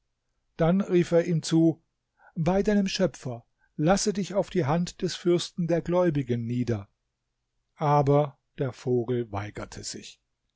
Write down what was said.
dann rief er ihm zu bei deinem schöpfer lasse dich auf die hand des fürsten der gläubigen nieder aber der vogel weigerte sich